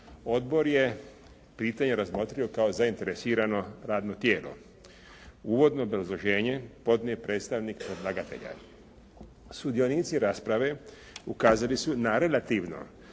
Odbor je pitanje razmotrio kao zainteresirano radno tijelo. Uvodno obrazloženje podnio je predstavnik predlagatelja. Sudionici rasprave ukazali su na relativno